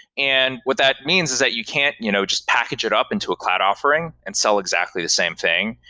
and what that means is that you can't you know just package it up into a cloud offering and sell exactly the same thing,